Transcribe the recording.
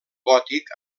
gòtic